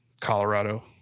Colorado